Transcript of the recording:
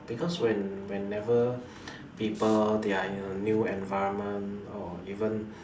because when whenever people they are in a new environment or even